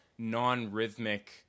non-rhythmic